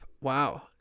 wow